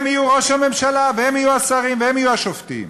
הם יהיו ראש הממשלה והם יהיו השרים והם יהיו השופטים